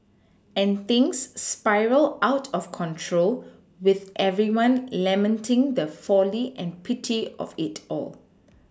and things spiral out of control with everyone lamenting the folly and pity of it all